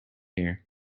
here